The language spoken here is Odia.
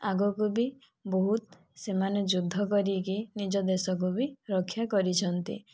ଆଗକୁ ବି ବହୁତ ସେମାନେ ଯୁଦ୍ଧ କରିକି ନିଜ ଦେଶକୁ ବି ରକ୍ଷା କରିଛନ୍ତି